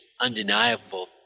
undeniable